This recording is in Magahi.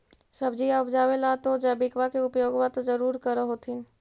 सब्जिया उपजाबे ला तो जैबिकबा के उपयोग्बा तो जरुरे कर होथिं?